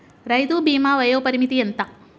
రైతు బీమా వయోపరిమితి ఎంత?